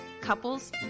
couples